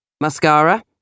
Mascara